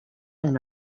una